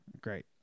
Great